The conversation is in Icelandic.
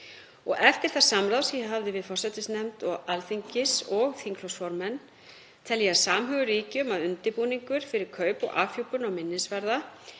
Eftir það samráð sem ég hafði við forsætisnefnd Alþingis og þingflokksformenn tel ég að samhugur ríki um að undirbúningur fyrir kaup og afhjúpun á minnisvarða